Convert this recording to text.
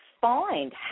find